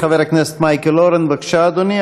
חבר הכנסת מייקל אורן, בבקשה, אדוני.